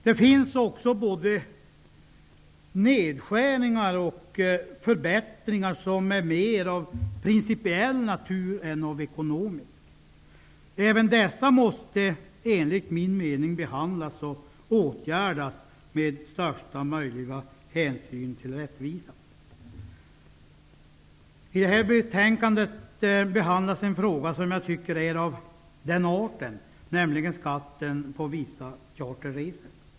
Det finns också både nedskärningar och förbättringar som mer är av principiell natur än av ekonomisk. Även dessa måste enligt min mening behandlas och åtgärdas med största möjliga hänsyn till rättvisa. I detta betänkande behandlas en fråga som är av denna art, nämligen skatten på vissa charterresor.